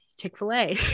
Chick-fil-A